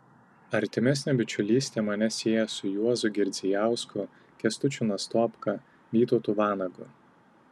artimesnė bičiulystė mane sieja su juozu girdzijausku kęstučiu nastopka vytautu vanagu